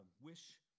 Wish